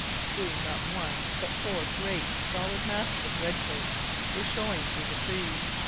soon not one but four great, solid masses of redcoats were showing through the trees,